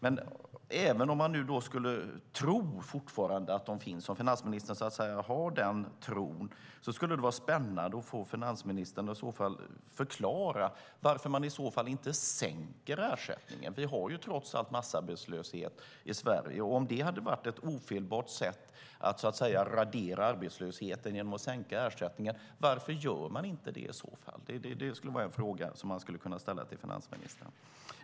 Om man fortfarande skulle tro att de finns - om man som finansministern har den tron - skulle det dock vara spännande att få finansministern att förklara varför man i så fall inte sänker ersättningen. Vi har trots allt massarbetslöshet i Sverige. Om det hade varit ett ofelbart sätt att så att säga radera arbetslösheten att sänka ersättningen, varför gör ni i så fall inte det? Det skulle kunna vara en fråga att ställa till finansministern.